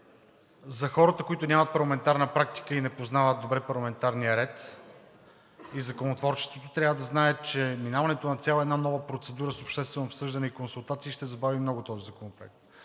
За хората, които нямат парламентарна практика и не познават добре парламентарния ред и законотворчеството, трябва да знаят, че минаването на цяла една нова процедура с обществено обсъждане и консултации ще забави много този законопроект.